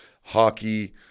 hockey